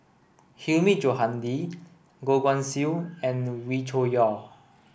Hilmi Johandi Goh Guan Siew and Wee Cho Yaw